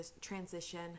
transition